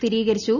സ്ഥിരീകരിച്ചു